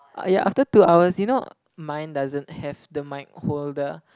ya after two hours you know mine doesn't have the mic holder